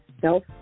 self